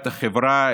את החברה,